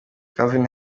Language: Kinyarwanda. calvin